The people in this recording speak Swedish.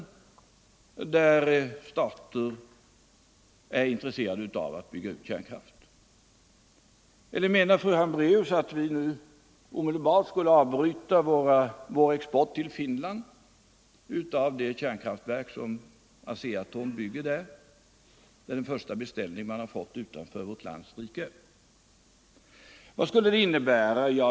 Menar fru Hambraeus att vi nu omedelbart skulle avbryta vår export till Finland av det kärnkraftverk som ASEA-Atom bygger där och som 159 är den första beställningen utanför vårt lands gränser?